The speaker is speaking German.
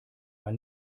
war